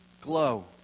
glow